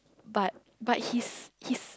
but but he's he's